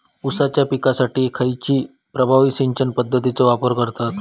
ऊसाच्या पिकासाठी खैयची प्रभावी सिंचन पद्धताचो वापर करतत?